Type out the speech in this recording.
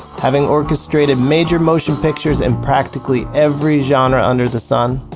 having orchestrated major motion pictures and practically every genre under the sun,